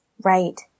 Right